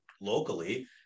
locally